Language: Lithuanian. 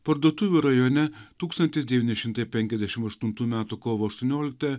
parduotuvių rajone tūkstantis devyni šimtai penkiasdešim aštuntų metų kovo aštuonioliktąją